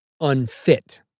unfit